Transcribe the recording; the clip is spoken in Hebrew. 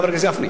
חבר הכנסת גפני,